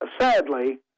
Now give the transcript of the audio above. Sadly